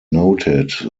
noted